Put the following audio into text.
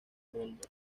mundo